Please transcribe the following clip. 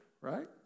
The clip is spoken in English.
right